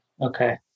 Okay